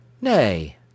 Nay